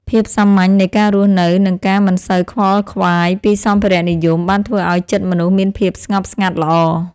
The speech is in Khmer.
ភាពសាមញ្ញនៃការរស់នៅ និងការមិនសូវខ្វល់ខ្វាយពីសម្ភារៈនិយម បានធ្វើឱ្យចិត្តមនុស្សមានភាពស្ងប់ស្ងាត់ល្អ។